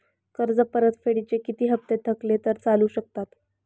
कर्ज परतफेडीचे किती हप्ते थकले तर चालू शकतात?